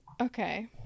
Okay